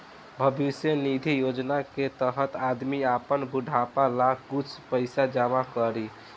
भविष्य निधि योजना के तहत आदमी आपन बुढ़ापा ला कुछ पइसा जमा करी